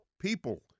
people